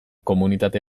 komunitate